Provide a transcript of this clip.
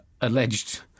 alleged